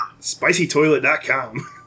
Spicytoilet.com